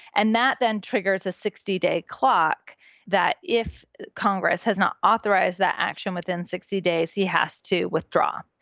and that then triggers a sixty day clock that if congress has not authorized that action within sixty days, he has to withdraw.